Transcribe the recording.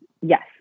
yes